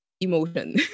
emotion